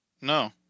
No